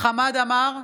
חמד עמאר,